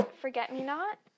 Forget-Me-Not